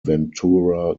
ventura